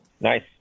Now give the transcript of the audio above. Nice